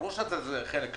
ברור שזה החלק שלו,